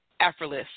effortless